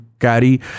carry